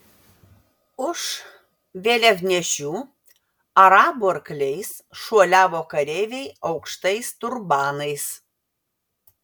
už vėliavnešių arabų arkliais šuoliavo kareiviai aukštais turbanais